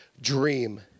dream